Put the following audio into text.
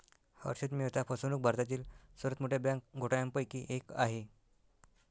हर्षद मेहता फसवणूक भारतातील सर्वात मोठ्या बँक घोटाळ्यांपैकी एक आहे